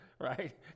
right